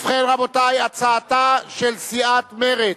ובכן, רבותי, הצעתה של סיעת מרצ: